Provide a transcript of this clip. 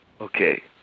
Okay